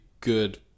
good